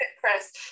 Chris